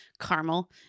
caramel